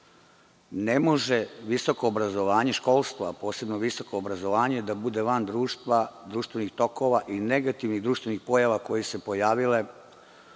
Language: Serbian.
Ne može visoko obrazovanje školstva, posebno visoko obrazovanje, da bude van društvenih tokova i negativnih društvenih pojava koje su se pojavile,